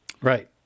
Right